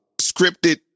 scripted